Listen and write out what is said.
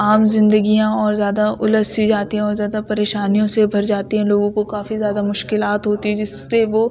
عام زندگیاں اور زیادہ الجھ سی جاتی ہیں اور زیادہ پریشانیوں سے بھر جاتی ہیں لوگوں کو کافی زیادہ مشکلات ہوتی جس سے وہ